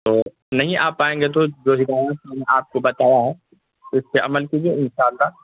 تو نہیں آ پائیں گے تو جو ہدایات میں نے آپ کو بتایا ہے اس پہ عمل کیجیے ان شاء اللہ